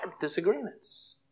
disagreements